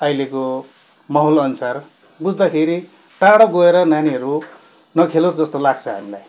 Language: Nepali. अहिलेको माहौलअनुसार बुझ्दाखेरि टाढो गएर नानीहरू नखेलोस् जस्तो लाग्छ हामीलाई